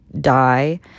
die